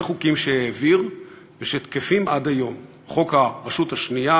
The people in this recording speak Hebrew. חוקים שהעביר והם תקפים עד היום: חוק הרשות השנייה